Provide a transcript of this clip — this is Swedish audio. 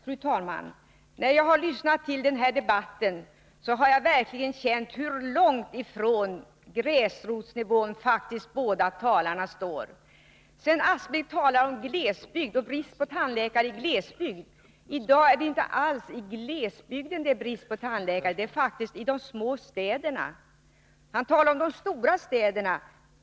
Fru talman! När jag har lyssnat till denna debatt har jag verkligen känt hur långt ifrån gräsrotsnivån båda talarna faktiskt står. Sven Aspling talar om glesbygd och bristen på tandläkare där. I dag är det inte alls i glesbygden som det är brist på tandläkare, utan det är i de små städerna. Sven Aspling talar om de stora städerna.